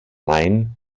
main